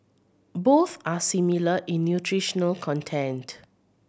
both are similar in nutritional content